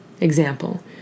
Example